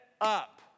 up